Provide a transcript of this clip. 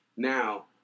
Now